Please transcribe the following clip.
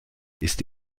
ist